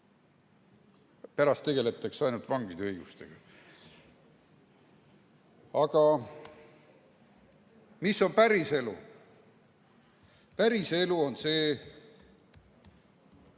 Pärast tegeldakse ainult vangide õigustega. Aga mis on päriselu? Päriselu on see,